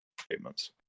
statements